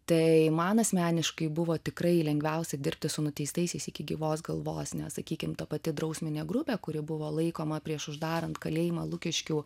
tai man asmeniškai buvo tikrai lengviausia dirbti su nuteistaisiais iki gyvos galvos ne sakykim ta pati drausminė grupė kuri buvo laikoma prieš uždarant kalėjimą lukiškių